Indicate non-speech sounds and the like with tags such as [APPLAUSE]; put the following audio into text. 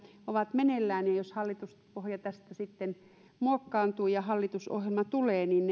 meneillään ja jos hallituspohja tästä sitten muokkaantuu ja hallitusohjelma tulee niin [UNINTELLIGIBLE]